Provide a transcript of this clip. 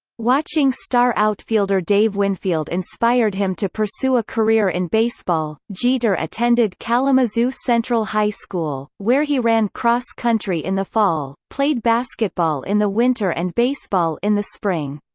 watching star outfielder dave winfield inspired him to pursue a career in baseball jeter attended kalamazoo central high school, where he ran cross country in the fall, played basketball in the winter and baseball in the spring.